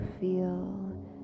feel